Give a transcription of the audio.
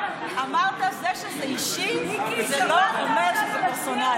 אמרת: זה שזה אישי, זה לא אומר שזה פרסונלי.